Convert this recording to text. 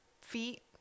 feet